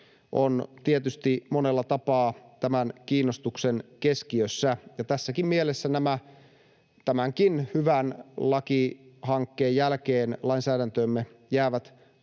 on tietysti monella tapaa tämän kiinnostuksen keskiössä. Tässäkin mielessä nämä tämänkin hyvän lakihankkeen jälkeen lainsäädäntöömme jäävät